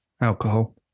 alcohol